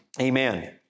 Amen